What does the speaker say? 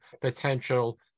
potential